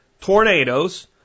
tornadoes